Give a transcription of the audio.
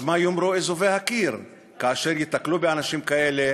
אז מה יאמרו אזובי הקיר כאשר ייתקלו באנשים כאלה